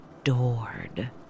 adored